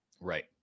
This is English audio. right